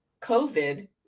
COVID